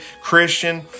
Christian